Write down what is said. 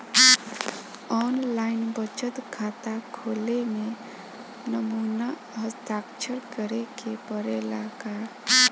आन line बचत खाता खोले में नमूना हस्ताक्षर करेके पड़ेला का?